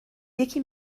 یکی